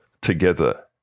together